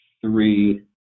three